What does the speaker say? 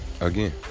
Again